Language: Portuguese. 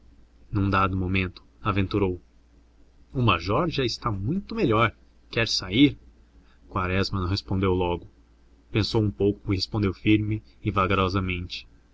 num dado momento aventurou o major já está muito melhor quer sair quaresma não respondeu logo pensou um pouco e respondeu firme e vagarosamente